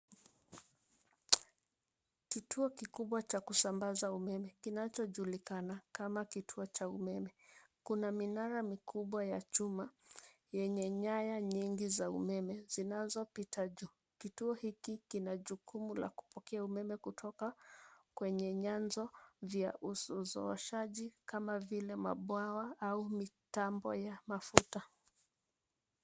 Kituo kikubwa cha kusambaza umeme kinachojulikana kama kituo cha umeme. Kuna minara mikubwa ya chuma yenye nyaya nyingi za umeme zinazopita juu. Kituo hiki kina jukumu la kupokea umeme kutoka kwenye nyanzo vya usuzuoshaji kama vile mabwawa au mitambo ya mafuta.